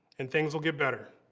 and things will get better.